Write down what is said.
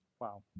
Wow